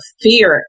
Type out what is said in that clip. fear